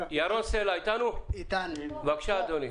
סלע, בבקשה.